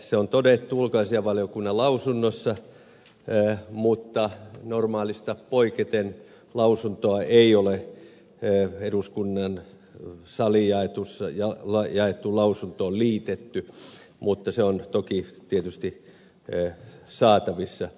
se on todettu ulkoaisainvaliokunnan lausunnossa mutta normaalista poiketen lausuntoa ei ole eduskunnan saliin jaettuun lausuntoon liitetty mutta se on toki tietysti saatavissa